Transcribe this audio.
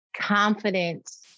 confidence